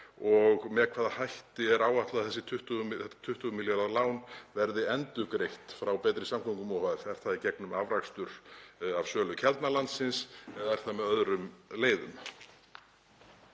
og með hvaða hætti er áætlað að þetta 20 milljarða lán verði endurgreitt frá Betri samgöngum ohf.? Er það í gegnum afrakstur af sölu Keldnalandsins eða er það með öðrum leiðum?